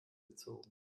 gezogen